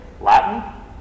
Latin